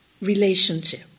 relationship